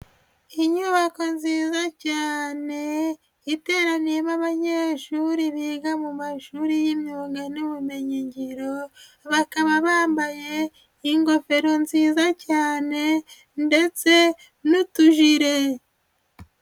Inyubako nziza cyane iteraniyemo abanyeshuri biga mu mashuri y'imyuga n'ubumenyigiro bakaba bambaye ingofero nziza cyane ndetse n'utujire.